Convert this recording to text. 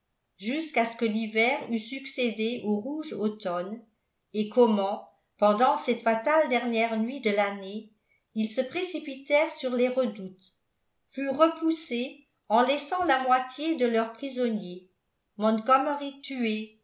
jusqu'à ce que l'hiver eût succédé au rouge automne et comment pendant cette fatale dernière nuit de l'année ils se précipitèrent sur les redoutes furent repoussés en laissant la moitié de leurs prisonniers montgomery tué